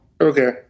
Okay